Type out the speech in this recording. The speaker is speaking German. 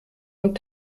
und